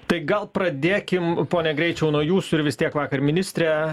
tai gal pradėkim pone greičiau nuo jūsų ir vis tiek vakar ministrė